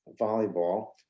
volleyball